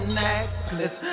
necklace